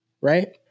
right